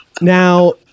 Now